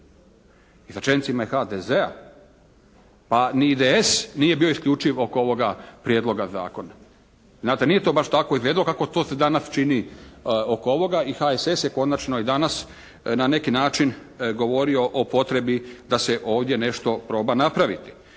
i sa čelnicima i HDZ-a, pa ni IDS nije bio isključiv oko ovoga prijedloga zakona. Znate nije to baš tako izgledalo kako to se danas čini oko ovoga i HSS je konačno i danas na neki način govorio o potrebi da se ovdje nešto proba napraviti.